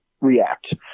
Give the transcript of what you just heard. react